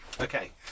Okay